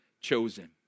chosen